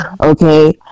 okay